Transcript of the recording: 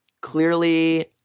clearly